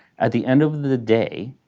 at the end of the day,